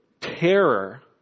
terror